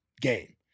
game